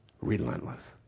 Relentless